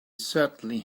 certainly